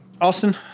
Austin